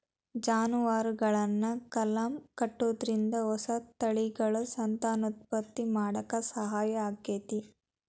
ಜಾನುವಾರುಗಳನ್ನ ಕಲಂ ಕಟ್ಟುದ್ರಿಂದ ಹೊಸ ತಳಿಗಳನ್ನ ಸಂತಾನೋತ್ಪತ್ತಿ ಮಾಡಾಕ ಸಹಾಯ ಆಕ್ಕೆತಿ